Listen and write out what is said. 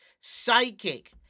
Psychic